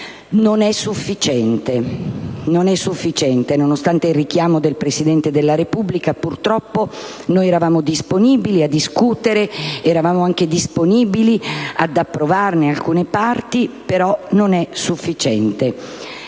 non è sufficiente; nonostante il richiamo del Presidente della Repubblica e nonostante noi eravamo disponibili a discutere ed anche disponibili ad approvarne alcune parti, non è però sufficiente.